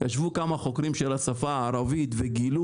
ישבו כמה חוקרים של השפה הערבית וגילו